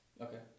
okay